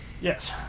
Yes